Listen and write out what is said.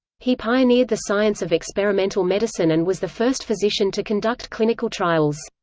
he pioneered the science of experimental medicine and was the first physician to conduct clinical trials.